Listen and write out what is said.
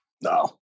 no